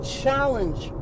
challenge